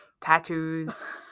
Tattoos